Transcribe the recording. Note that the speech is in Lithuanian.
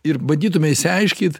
ir bandytume išsiaiškyt